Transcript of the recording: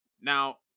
now